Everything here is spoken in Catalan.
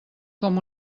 com